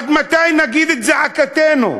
עד מתי נגיד את זעקתנו?